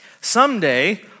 Someday